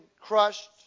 crushed